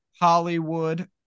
Hollywood